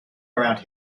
around